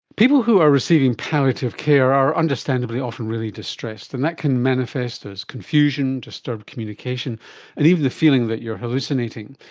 people who are receiving palliative care are understandably often really distressed and that can manifest as confusion, disturbed communication and even the feeling that you are hallucinating.